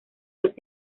los